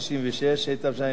התשע"ב 2012,